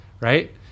right